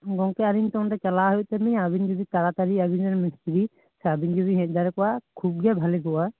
ᱜᱚᱝᱠᱮ ᱟᱞᱤᱧ ᱛᱚ ᱚᱸᱰᱮ ᱪᱟᱞᱟᱣ ᱦᱩᱭᱩᱜ ᱛᱟᱞᱤᱧᱟ ᱟᱵᱤᱱ ᱡᱩᱫᱤ ᱛᱟᱲᱟᱛᱟᱲᱤ ᱟᱵᱤᱱ ᱨᱮᱱ ᱢᱤᱥᱛᱨᱤ ᱥᱮ ᱟᱵᱤᱱ ᱜᱮᱵᱤᱱ ᱦᱮᱡᱫᱟᱲᱮ ᱠᱚᱜᱼᱟ ᱠᱷᱩᱵᱜᱮ ᱵᱷᱟᱹᱜᱤ ᱠᱚᱜᱼᱟ